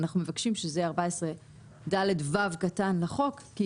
אנחנו מבקשים שייכתב "14ד(ו) לחוק" כי